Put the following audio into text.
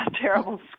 terrible